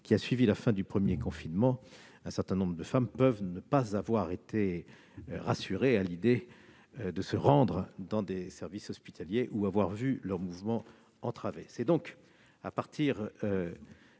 qui a suivi la fin du premier confinement, un certain nombre de femmes peuvent ne pas avoir été rassurées à l'idée de se rendre dans des services hospitaliers ou avoir vu leur mouvement entravé. C'est donc sur